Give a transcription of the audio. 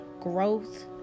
growth